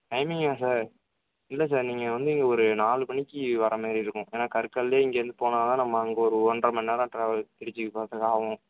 டைமிங்கா sir இல்லை sir நீங்கள் வந்து இங்கே ஒரு நாலு மணிக்கு வர மாதிரி இருக்கும் ஏன்னா கருக்கல்லயே இங்கேருந்து போனால் தான் நம்ம அங்கே ஒரு ஒன்றை மண்நேரம் டிராவல் திருச்சி போகிறதுக்கு ஆவும்